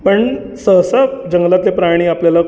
पण सहसा जंगलातले प्राणी आपल्याला